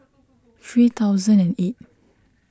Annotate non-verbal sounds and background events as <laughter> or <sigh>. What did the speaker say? <noise> three thousand and eight